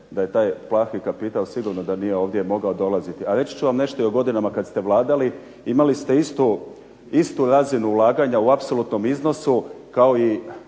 da je taj plahi kapital sigurno da nije ovdje mogao dolaziti. A reći ću nešto i o godinama kada ste vladali. Imali ste istu razinu ulaganja u apsolutnom iznosu kao i